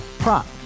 Prop